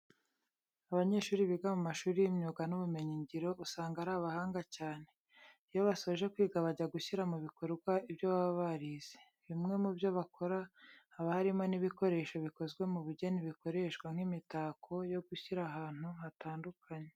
Abanyeshuri biga mu mashuri y'imyuga n'ubumenyingiro usanga ari abahanga cyane. Iyo basoje kwiga bajya gushyira mu bikorwa ibyo baba barize. Bimwe mu byo bakora haba harimo n'ibikoresho bikozwe mu bugeni bikoreshwa nk'imitako yo gushyira ahantu hatandukanye.